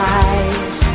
eyes